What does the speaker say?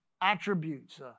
attributes